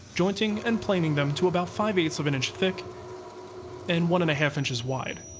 jointing and planing them to about five-eighths of an inch thick and one-and-a-half inches wide.